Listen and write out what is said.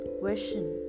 question